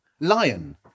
Lion